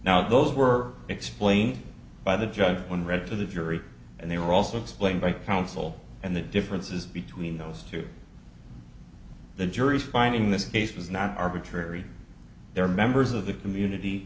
now those were explained by the judge when read to the jury and they were also explained by counsel and the differences between those two the jury's finding this case was not arbitrary there are members of the community